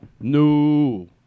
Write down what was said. No